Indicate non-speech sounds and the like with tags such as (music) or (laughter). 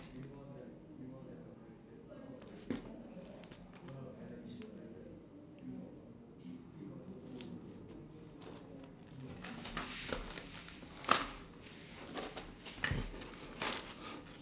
(laughs)